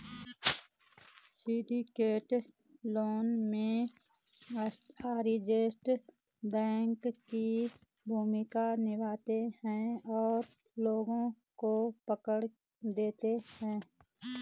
syndicated loan में, arrangers banking की भूमिका निभाते हैं और लोगों को फंड देते हैं